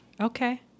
Okay